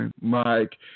Mike